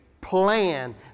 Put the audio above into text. plan